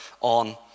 on